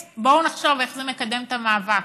בואו נחשוב איך זה מקדם את המאבק.